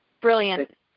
Brilliant